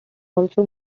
also